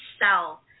sell